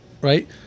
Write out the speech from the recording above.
right